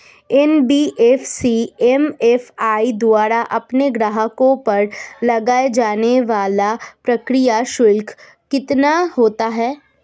NBFC MFI द्वारा अपने ग्राहकों पर लगाए जाने वाला प्रक्रिया शुल्क कितना होता है?